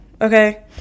Okay